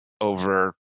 over